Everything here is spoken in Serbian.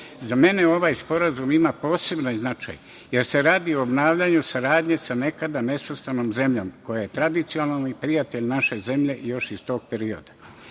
mene ovaj sporazum ima poseban značaj, jer se radi o obnavljanju saradnje sa nekada nesvrstanom zemljom koja je tradicionalni prijatelj naše zemlje još iz tog perioda. Podsetio